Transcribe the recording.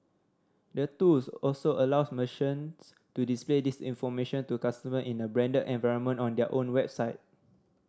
the tools also allows merchants to display this information to customer in a branded environment on their own website